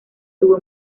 tuvo